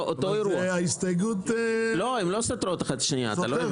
הסתייגות סותרת.